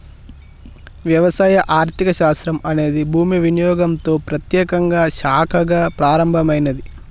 వ్యవసాయ ఆర్థిక శాస్త్రం అనేది భూమి వినియోగంతో ప్రత్యేకంగా శాఖగా ప్రారంభమైనాది